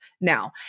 Now